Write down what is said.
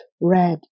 red